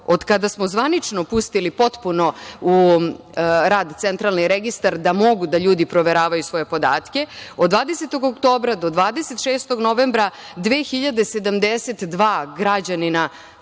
od kada smo zvanično pustili potpuno u rad centralni registar da mogu ljudi da proveravaju svoje podatke, do 26. novembra 2.072 građanina